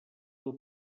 del